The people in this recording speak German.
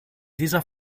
dieser